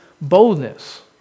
boldness